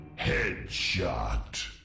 headshot